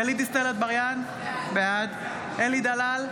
גלית דיסטל אטבריאן, בעד אלי דלל,